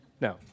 No